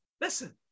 Listen